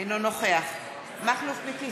אינו נוכח מכלוף מיקי